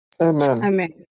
Amen